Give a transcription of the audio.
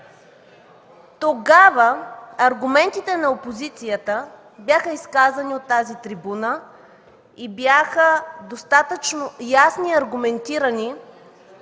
Тогава аргументите на опозицията бяха изказани от тази трибуна и бяха достатъчно ясни и аргументирани,